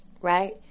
Right